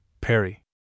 Perry